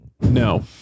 No